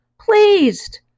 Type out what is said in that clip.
pleased